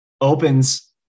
Opens